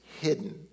hidden